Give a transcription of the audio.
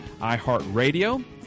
iHeartRadio